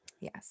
Yes